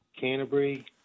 Canterbury